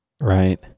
Right